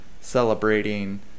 celebrating